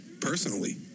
personally